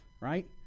right